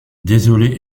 désolée